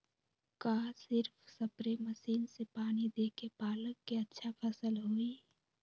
का सिर्फ spray machine से पानी देके पालक के अच्छा फसल होई?